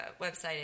website